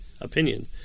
opinion